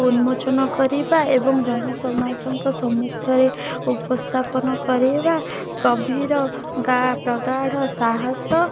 ଉନ୍ମୋଚନ କରିବା ଏବଂ ଜନ ସମାଜଙ୍କ ସମ୍ମୁଖରେ ଉପସ୍ଥାପନ କରାଇବା ଗଭୀର ପ୍ରଘାଡ଼ ସାହସ